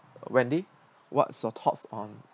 wendy what's your thoughts on